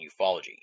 ufology